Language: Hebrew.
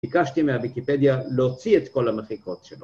ביקשתי מהוויקיפדיה להוציא את כל המחיקות שלו.